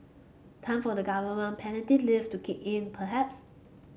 time for the government paternity leave to kick in perhaps